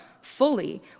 fully